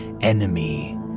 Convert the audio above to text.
enemy